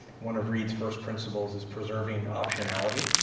one of reid's first principles is preserving optionality.